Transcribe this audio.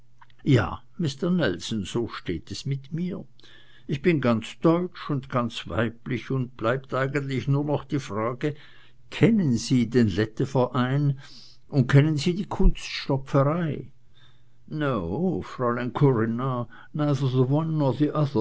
ja mister nelson so steht es mit mir ich bin ganz deutsch und ganz weiblich und bleibt eigentlich nur noch die frage kennen sie den lette verein und kennen sie die kunststopferei no fräulein corinna